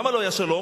למה לא יהיה שלום?